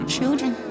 Children